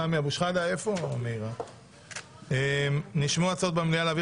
סמי אבו שחאדה (מס' 195). נשמעו הצעות במליאה להעביר